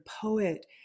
poet